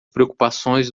preocupações